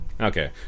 Okay